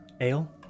Ale